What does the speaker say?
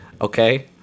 okay